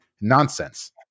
Nonsense